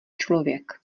člověk